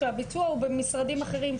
שהביצוע הוא במשרדים אחרים,